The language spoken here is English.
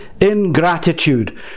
Ingratitude